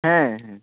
হ্যাঁ হ্যাঁ